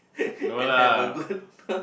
and have a good